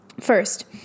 first